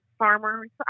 farmers